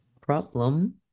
problem